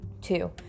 Two